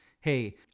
hey